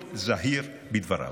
להיות זהיר בדבריו.